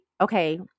okay